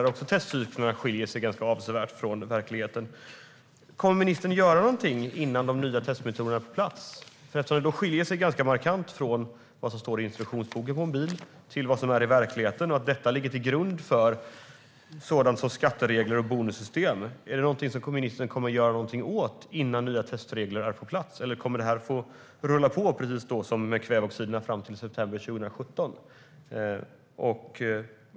Även där skiljer sig testcyklerna ganska avsevärt från verkligheten. Kommer ministern att göra någonting innan de nya testmetoderna är på plats? De nuvarande skiljer sig ganska markant från vad som står i instruktionsboken för en bil och från verkligheten, och de ligger till grund för sådant som skatteregler och bonussystem. Är det någonting som ministern kommer att göra något åt innan nya testregler är på plats, eller kommer det här att få rulla på fram till september 2017, precis som i fallet med kväveoxiden?